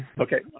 okay